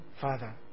Father